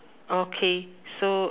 okay so